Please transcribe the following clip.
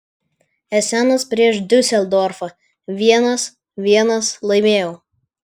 esenas prieš diuseldorfą vienas vienas laimėjau